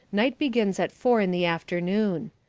night begins at four in the afternoon.